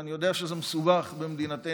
ואני יודע שזה מסובך במדינתנו,